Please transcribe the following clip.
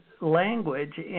language